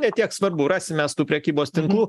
ne tiek svarbu rasim mes tų prekybos tinklų